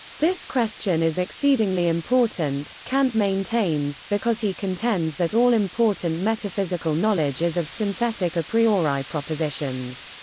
this question is exceedingly important, kant maintains, because he contends that all important metaphysical knowledge is of synthetic a priori propositions.